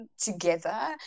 together